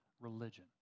religion